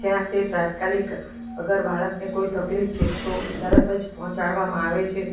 જ્યાં તે તાત્કાલિક અગર બાળકને કોઈ તકલીફ છે તો તરત જ પહોંચાડવામાં આવે છે